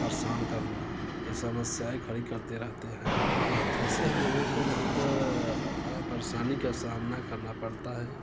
परेशान करना ये समस्याएं खड़ी करते रहते हैं जैसे हम लोगों को बहुत बड़ा परेशानी का सामना करना पड़ता है